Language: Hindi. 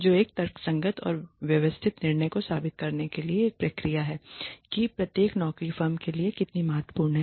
जो एक तर्कसंगत और व्यवस्थित निर्णय को साबित करने के लिए एक प्रक्रिया है कि प्रत्येक नौकरी फर्म के लिए कितनी महत्वपूर्ण है